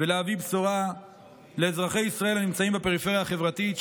ולהביא בשורה לאזרחי ישראל הנמצאים בפריפריה החברתית,